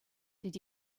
did